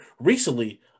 recently